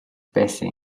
байсан